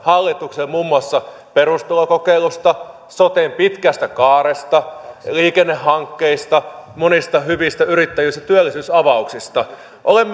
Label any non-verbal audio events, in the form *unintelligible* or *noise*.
hallitukselle muun muassa perustulokokeilusta soten pitkästä kaaresta liikennehankkeista monista hyvistä yrittäjyys ja työllisyysavauksista olen *unintelligible*